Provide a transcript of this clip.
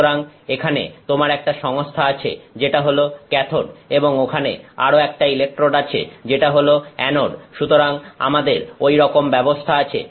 সুতরাং এখানে তোমার একটা সংস্থা আছে যেটা হলো ক্যাথোড এবং ওখানে আরো একটা ইলেকট্রোড আছে যেটা হলো অ্যানোড সুতরাং আমাদের ওই রকম ব্যবস্থা আছে